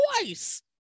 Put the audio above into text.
Twice